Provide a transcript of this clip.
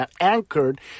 anchored